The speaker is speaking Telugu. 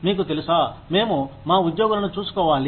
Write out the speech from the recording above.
మీకు తెలుసా మేము మా ఉద్యోగులను చూసుకోవాలి